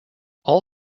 all